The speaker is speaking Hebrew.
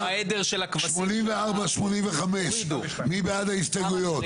84 ו-85, מי בעד ההסתייגויות?